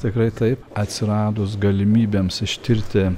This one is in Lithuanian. tikrai taip atsiradus galimybėms ištirti